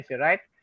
right